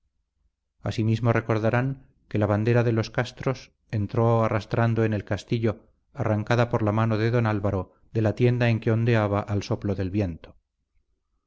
asimismo recordarán que la bandera de los castros entró arrastrando en el castillo arrancada por la mano de don álvaro de la tienda en que ondeaba al soplo del viento